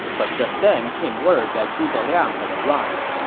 but just then came word that zhuge liang had arrived.